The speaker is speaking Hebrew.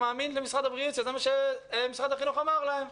אני מאמין למשרד הבריאות שזה מה שמשרד החינוך אמר לו.